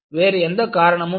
வேறு எந்த காரணமும் இல்லை